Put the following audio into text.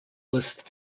list